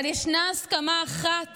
אבל ישנה הסכמה אחת